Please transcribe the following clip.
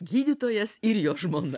gydytojas ir jo žmona